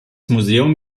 museum